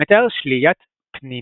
מתאר שליית פנינים.